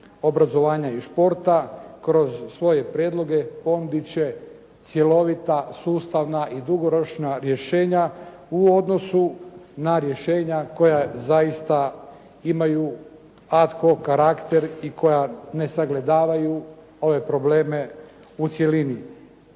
obrazovanja i športa kroz svoje prijedloge ponudit će cjelovita, sustavna i dugoročna rješenja u odnosu na rješenja koja zaista imaju ad hoc karakter i koja ne sagledavaju ove probleme u cjelini.